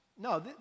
No